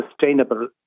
sustainable